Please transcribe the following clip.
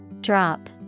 Drop